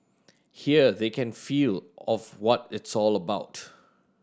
here they can feel of what it's all about